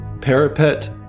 parapet